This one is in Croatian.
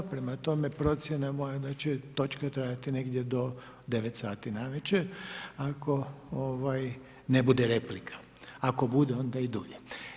Prema tome procjena je moja da će točka trajati negdje do 9 sati navečer ako ne bude replika, ako bude onda i dulje.